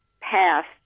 passed